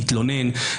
התלונן,